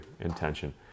intention